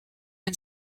and